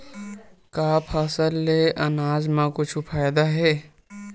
का फसल से आनाज मा कुछु फ़ायदा हे?